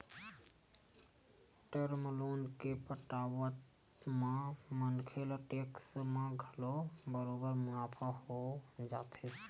term loan के पटावत म मनखे ल टेक्स म घलो बरोबर मुनाफा हो जाथे